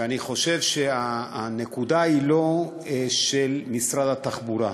ואני חושב שהנקודה היא לא של משרד התחבורה,